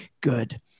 Good